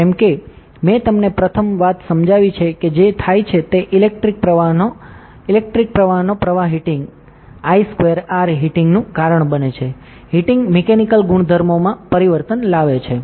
જેમકે મેં તમને પ્રથમ વાત સમજાવી છે કે જે થાય છે તે છે ઇલેક્ટ્રિક પ્રવાહનો પ્રવાહ ઇલેક્ટ્રિક પ્રવાહનો પ્રવાહ હીટિંગ I I 2 R હીટિંગનું કારણ બને છે હીટિંગ મિકેનિકલ ગુણધર્મોમાં પરિવર્તન લાવે છે